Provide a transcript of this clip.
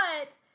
But-